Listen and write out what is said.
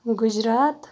Gujarat